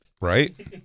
Right